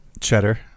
Cheddar